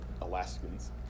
Alaskans